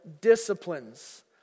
disciplines